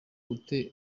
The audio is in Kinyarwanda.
ute